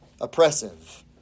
Oppressive